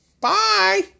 Bye